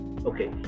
Okay